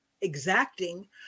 exacting